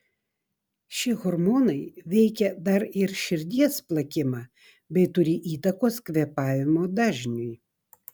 šie hormonai veikia dar ir širdies plakimą bei turi įtakos kvėpavimo dažniui